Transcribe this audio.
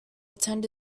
attend